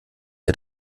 dir